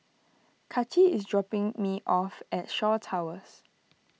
Kaci is dropping me off at Shaw Towers